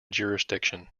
jurisdiction